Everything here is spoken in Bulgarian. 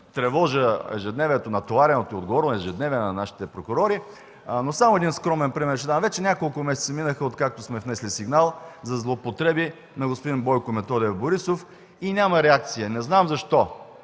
тревожа ежедневието, натовареното, отговорно ежедневие на нашите прокурори, само един скромен пример ще дам. Вече няколко месеца минаха, откакто сме внесли сигнал за злоупотреби на господин Бойко Методиев Борисов и няма реакция. Не знам защо?!